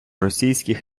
російських